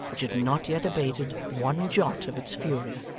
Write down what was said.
which had not yet abated one jot of its fury.